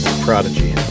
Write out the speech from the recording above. prodigy